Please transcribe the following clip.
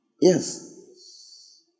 Yes